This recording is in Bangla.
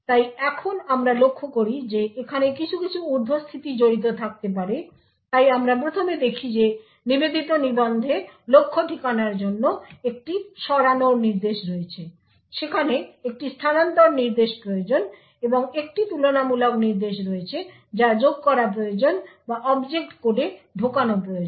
তাই এখন আমরা লক্ষ্য করি যে এখানে কিছু কিছু উর্ধস্থিতি জড়িত থাকতে পারে তাই আমরা প্রথমে দেখি যে নিবেদিত নিবন্ধে লক্ষ্য ঠিকানার জন্য একটি সরানোর নির্দেশ রয়েছে সেখানে একটি স্থানান্তর নির্দেশ প্রয়োজন এবং একটি তুলনামূলক নির্দেশ রয়েছে যা যোগ করা প্রয়োজন বা অবজেক্ট কোডে ঢোকানো প্রয়োজন